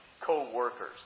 co-workers